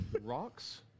Rocks